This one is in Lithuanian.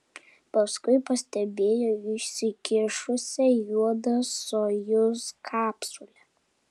paskui pastebėjo išsikišusią juodą sojuz kapsulę